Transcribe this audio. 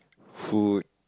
food